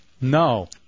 No